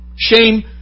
Shame